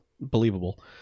believable